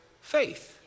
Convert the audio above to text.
faith